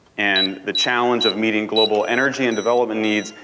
and the challenge of meeting global energy and development needs,